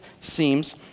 seems